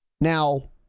now